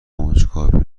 کنجکاوی